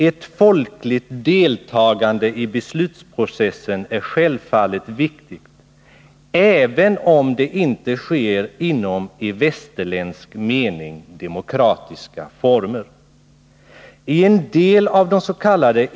Ett folkligt deltagande i beslutsprocessen är självfallet viktigt även om det inte sker inom i västerländsk mening demokratiska former. I en del av dess.k.